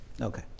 Okay